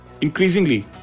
Increasingly